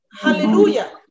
Hallelujah